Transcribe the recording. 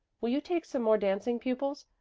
will you take some more dancing pupils?